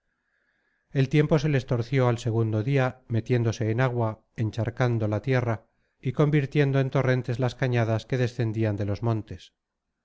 el tiempo se les torció al segundo día metiéndose en agua encharcando la tierra y convirtiendo en torrentes las cañadas que descendían de los montes